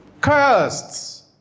Cursed